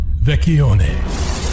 Vecchione